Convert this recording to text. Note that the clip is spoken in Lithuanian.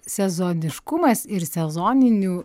sezoniškumas ir sezoninių